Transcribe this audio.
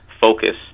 focus